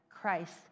Christ